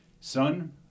Son